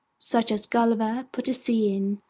such as gulliver put to sea in,